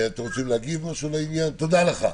תודה לך.